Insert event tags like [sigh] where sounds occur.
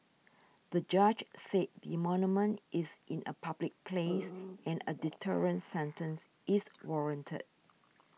the judge said the monument is in a public place [noise] and a deterrent sentence is warranted